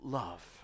love